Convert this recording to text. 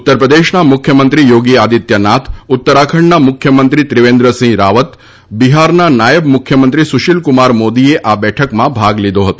ઉત્તરપ્રદેશના મુખ્યમંત્રી યોગી આદિત્યનાથ ઉત્તરાખંડના મુખ્યમંત્રી ત્રિવેન્દ્રસિંહ રાવત બિહારના નાયબ મુખ્યમંત્રી સુશીલ કુમાર મોદીએ આ બેઠકમાં ભાગ લીધો હતો